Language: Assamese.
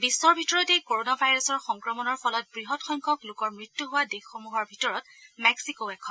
বিশ্বৰ ভিতৰতে কোৰোনা ভাইৰাছৰ সংক্ৰমণৰ ফলত বৃহৎ সংখ্যক লোকৰ মৃত্যু হোৱা দেশসমূহৰ ভিতৰত মেক্সিকোও এখন